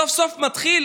סוף-סוף מתחיל